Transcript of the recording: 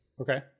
Okay